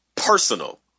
Personal